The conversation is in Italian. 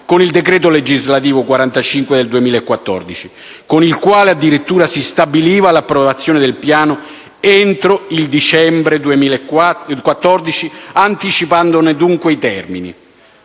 con il decreto legislativo n. 45 del 2014, con il quale addirittura si stabiliva l'approvazione del Piano entro il 31 dicembre 2014 anticipandone dunque i termini.